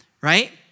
Right